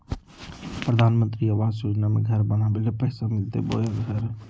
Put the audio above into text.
प्रधानमंत्री आवास योजना में घर बनावे ले पैसा मिलते बोया घर?